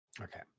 Okay